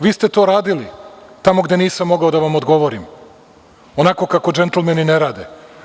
Vi ste to radili tamo gde nisam mogao da vam odgovorim, onako kako džentlmeni ne rade.